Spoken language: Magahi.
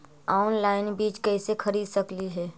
ऑनलाइन बीज कईसे खरीद सकली हे?